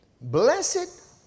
Blessed